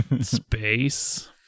space